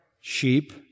sheep